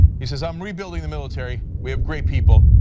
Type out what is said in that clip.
he says, i'm rebuilding the military, we have great people,